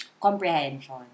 comprehension